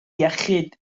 iechyd